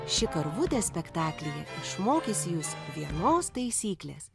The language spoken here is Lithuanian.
ši karvutė spektaklyje išmokys jus vienos taisyklės